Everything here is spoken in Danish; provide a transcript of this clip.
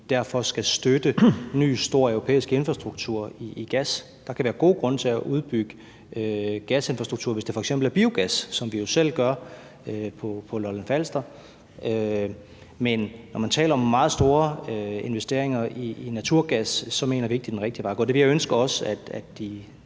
derfor skal støtte ny stor europæisk infrastruktur i forhold til gas. Der kan være gode grunde til at udbygge gasinfrastruktur, hvis det f.eks. er biogas, hvilket vi jo selv gør på Lolland-Falster. Men når man taler om meget store investeringer i naturgas, mener vi ikke, det er den rigtige vej at gå. Det ville jeg også ønske